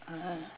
(uh huh)